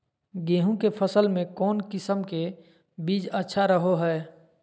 गेहूँ के फसल में कौन किसम के बीज अच्छा रहो हय?